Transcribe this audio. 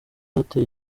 yateye